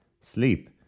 sleep